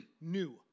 new